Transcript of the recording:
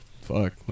fuck